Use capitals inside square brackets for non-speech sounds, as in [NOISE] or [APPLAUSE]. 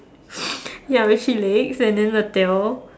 [NOISE] ya we see legs and then the tail